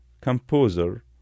composer